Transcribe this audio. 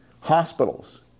hospitals